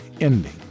ending